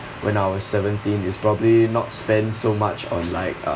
when I was seventeen is probably not spend so much on like uh